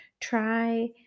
try